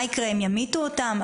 מה יקרה אם ימיתו אותם?